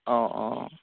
অ অ